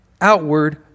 outward